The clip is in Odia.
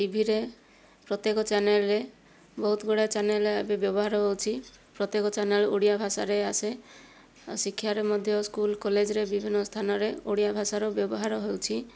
ଟିଭିରେ ପ୍ରତ୍ୟକ ଚ୍ୟାନେଲରେ ବହୁତ ଗୁଡ଼ାଏ ଚ୍ୟାନେଲ ଏବେ ବ୍ୟବହାର ହେଉଛି ପ୍ରତ୍ୟକ ଚ୍ୟାନେଲ ଓଡ଼ିଆ ଭାଷାରେ ଆସେ ଶିକ୍ଷାରେ ମଧ୍ୟ ସ୍କୂଲ କଲେଜରେ ବିଭିନ୍ନ ସ୍ଥାନରେ ଓଡ଼ିଆ ଭାଷାର ବ୍ୟବହାର ହେଉଛି